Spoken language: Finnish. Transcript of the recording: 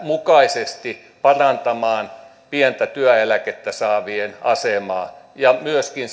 mukaisesti parantamaan pientä työeläkettä saavien asemaa ja myöskin